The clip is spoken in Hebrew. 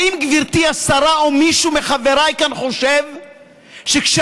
האם גברתי השרה או מישהו מחבריי כאן חושב שכשאני